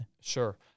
Sure